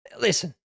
listen